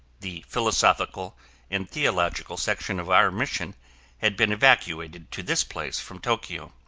the philosophical and theological section of our mission had been evacuated to this place from tokyo.